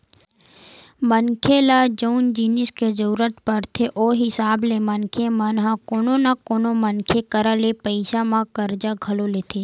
मनखे ल जउन जिनिस के जरुरत पड़थे ओ हिसाब ले मनखे मन ह कोनो न कोनो मनखे करा ले पइसा म करजा घलो लेथे